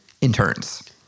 interns